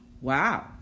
Wow